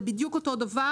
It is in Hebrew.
זה בדיוק אותו הדבר.